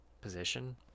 position